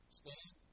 stand